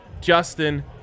Justin